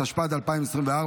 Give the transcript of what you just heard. התשפ"ד 2024,